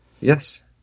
Yes